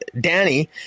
Danny